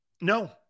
No